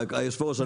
היושב ראש,